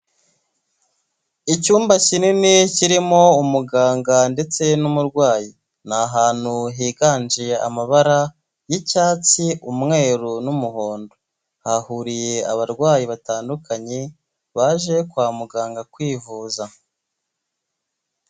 Icyumba kinini kirimo umuganga ndetse n'umurwayi, ni ahantu higanje amabara y'icyatsi, umweru n'umuhondo, hahuriye abarwayi batandukanye, baje kwa muganga kwivuza.